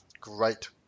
Great